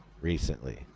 recently